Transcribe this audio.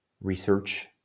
research